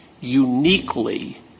uniquely